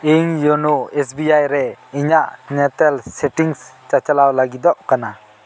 ᱤᱧ YONO S B I ᱨᱮ ᱤᱧᱟᱹᱜ ᱧᱮᱛᱮᱞ ᱥᱮᱴᱤᱝᱥ ᱪᱟᱪᱞᱟᱣ ᱞᱟᱹᱜᱤᱫᱚᱜ ᱠᱟᱱᱟ